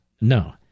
No